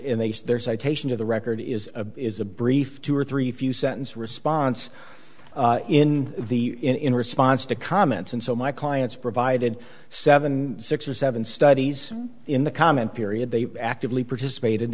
and they say there citation of the record is a is a brief two or three few sentence response in the in response to comments and so my clients provided seven six or seven studies in the comment period they actively participate